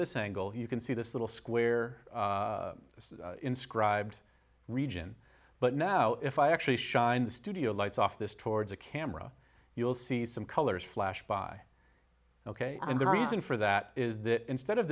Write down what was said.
this angle you can see this little square inscribed region but now if i actually shine the studio lights off this towards a camera you'll see some colors flash by ok and the reason for that is that instead of